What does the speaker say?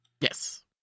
Yes